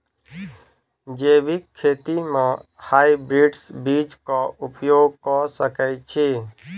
जैविक खेती म हायब्रिडस बीज कऽ उपयोग कऽ सकैय छी?